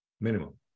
minimum